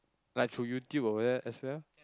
like through YouTube or what as well